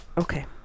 Okay